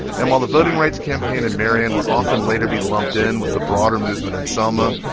and while the voting rights campaign in marion would often later be lumped in with the broader movement in selma,